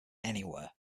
anywhere